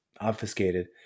obfuscated